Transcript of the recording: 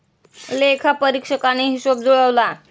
लेखापरीक्षकाने हिशेब जुळवला